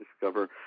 discover